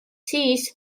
siis